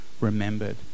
remembered